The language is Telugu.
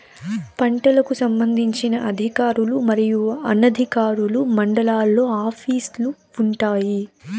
పంటలకు సంబంధించిన అధికారులు మరియు అనధికారులు మండలాల్లో ఆఫీస్ లు వుంటాయి?